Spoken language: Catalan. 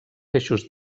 peixos